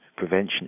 prevention